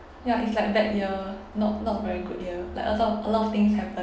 ya it's like bad year not not very good year like a lot of a lot of things happen